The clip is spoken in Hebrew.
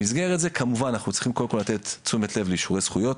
במסגרת זה כמובן אנחנו צריכים קודם כל לתת תשומת לב לאישורי זכויות,